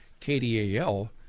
KDAL